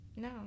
no